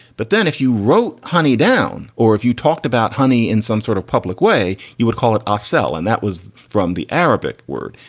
but then if you wrote honi down or if you talked about honi in some sort of public way, you would call it ah acel. and that was from the arabic word,